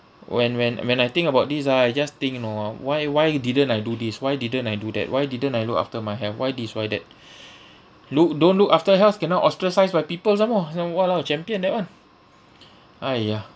when when when I think about this ah I just think you know uh why why didn't I do this why didn't I do that why didn't I look after my health why this why that look don't look after health kena ostracised by people some more so I'm !walao! champion that [one] !aiya!